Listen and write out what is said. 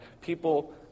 people